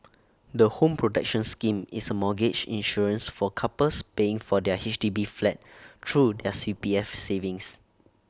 the home protection scheme is A mortgage insurance for couples paying for their H D B flat through their C P F savings